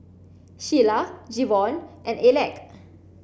Sheilah Jevon and Aleck